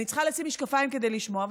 אני צריכה לשים משקפיים כדי לשמוע,